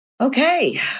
Okay